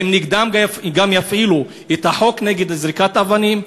האם גם נגדם יפעילו את החוק נגד זריקת אבנים?